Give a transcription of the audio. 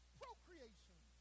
procreation